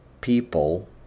people